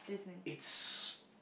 its